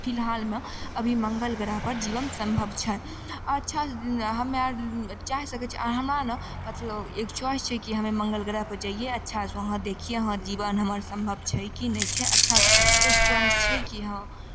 फिलहालमे अभी मङ्गल ग्रहपर जीवन सम्भव छै अच्छा हमे अर चाहि सकै छियै हमरा ने मतलब एक चॉइस छै कि हम्मे मङ्गल ग्रहपर जइयै अच्छासँ वहाँ देखियै हँ जीवन हमर सम्भव छै कि नहि अच्छासँ चॉइस छै कि हँ